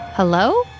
Hello